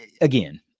again